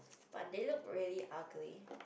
but they look really ugly